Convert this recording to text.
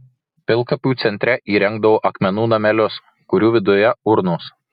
pilkapių centre įrengdavo akmenų namelius kurių viduje urnos